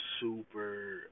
Super